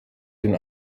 den